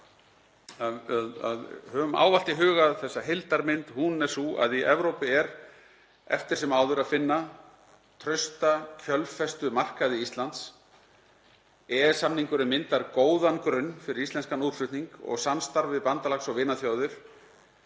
að hafa í huga þessa heildarmynd. Hún er sú að í Evrópu er eftir sem áður að finna trausta kjölfestumarkaði Íslands. EES-samningurinn myndar góðan grunn fyrir íslenskan útflutning og samstarf við bandalags- og vinaþjóðir